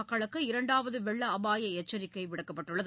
மக்களுக்கு இரண்டாவது வெள்ள அபாய எச்சரிக்கை விடுக்கப்பட்டுள்ளது